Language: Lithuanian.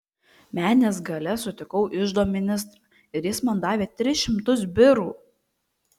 menės gale sutikau iždo ministrą ir jis man davė tris šimtus birų